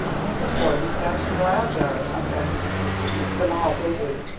mrs. warden's got neuralgia or something keeps them all busy.